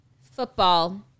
football